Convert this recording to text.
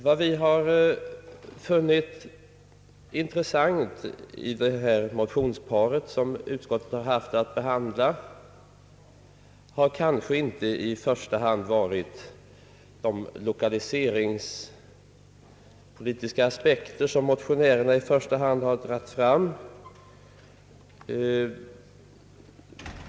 Vad vi funnit intressant i det motionspar som utskottet haft att behandla har kanske inte i första hand varit de lokaliseringspolitiska aspekter, som motionärerna ställt i förgrunden.